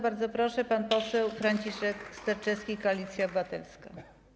Bardzo proszę, pan poseł Franciszek Sterczewski, Koalicja Obywatelska.